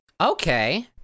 okay